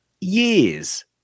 years